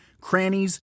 crannies